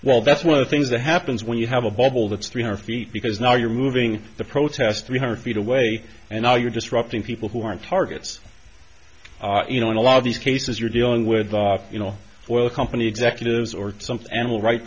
well that's one of the things that happens when you have a bubble that's three hundred feet because now you're moving the protest three hundred feet away and now you're just dropping people who aren't targets you know in a lot of these cases you're dealing with you know well company executives or something animal right